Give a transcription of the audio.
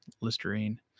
Listerine